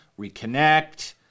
reconnect